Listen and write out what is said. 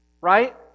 Right